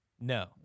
No